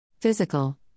Physical